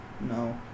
No